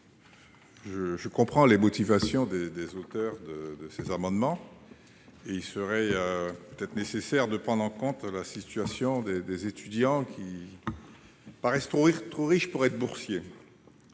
Je comprends les motivations des auteurs de ces amendements. Il est peut-être nécessaire de prendre en compte la situation des étudiants qui paraissent trop riches pour être boursiers.